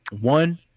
one